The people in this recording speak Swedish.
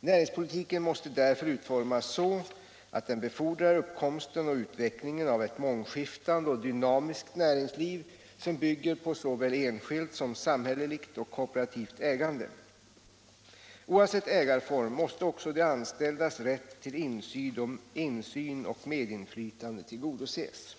Näringspolitiken måste därför utformas så att den befordrar uppkomsten och utvecklingen av ett mångskiftande och dynamiskt näringsliv som bygger på såväl enskilt som samhälleligt och kooperativt ägande. Oavsett ägarform måste också de anställdas rätt till insyn och medinflytande tillgodoses.